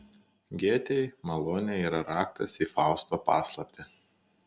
gėtei malonė yra raktas į fausto paslaptį